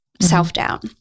self-doubt